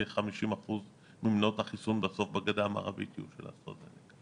כי בסוף 50% ממנות החיסון בגדה המערבית יהיה של אסטרה זנקה בסוף.